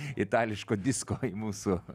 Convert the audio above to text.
itališko disko į mūsų